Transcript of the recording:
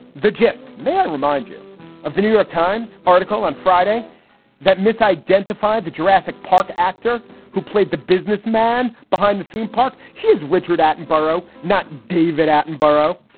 the gist, may i remind you of the new york times article on friday that misidentified the jurassic park actor who played the business man behind the theme park. here's richard allen and burrow. not david attenborough.